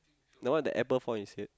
the one a apple fall on his head